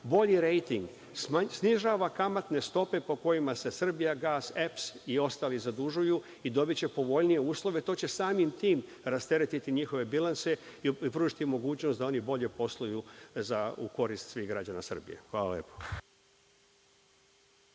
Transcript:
bolji rejting, snižava kamatne stope po kojima se „Srbijagas“ i EPS i ostali zadužuju i dobiće povoljnije uslove, to će samim tim rasteretiti njihove bilanse i pružiti mogućnost da oni bolje posluju u korist svih građana Srbije. Hvala lepo.